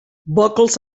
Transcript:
buckles